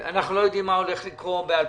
שנת 2020. אנחנו לא יודעים מה הולך לקרות ב-2021.